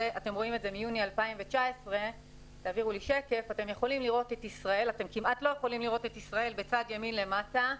זה מיוני 2019. אתם כמעט לא יכולים לראות את ישראל בצד ימין למטה.